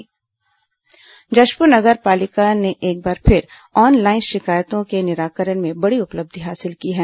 जशपुर नपा उपलब्धि जशपुर नगर पालिका ने एक बार फिर ऑनलाइन शिकायतों के निराकरण में बड़ी उपलब्धि हासिल की है